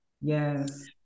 Yes